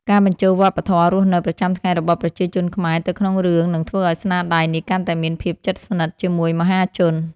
ការបញ្ចូលវប្បធម៌រស់នៅប្រចាំថ្ងៃរបស់ប្រជាជនខ្មែរទៅក្នុងរឿងនឹងធ្វើឱ្យស្នាដៃនោះកាន់តែមានភាពជិតស្និទ្ធជាមួយមហាជន។